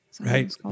Right